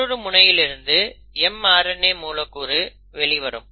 மற்றொரு முனையில் இருந்து mRNA மூலக்கூறு வெளிவரும்